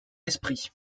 esprits